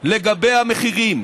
לגבי המחירים.